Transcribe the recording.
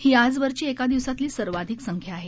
ही आजवरची एका दिवसातली सर्वाधिक संख्या आहे